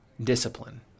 discipline